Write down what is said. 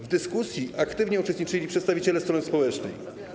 W dyskusji aktywnie uczestniczyli przedstawiciele strony społecznej.